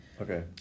Okay